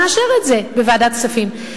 נאשר את זה בוועדת הכספים.